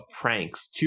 Pranks